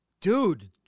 Dude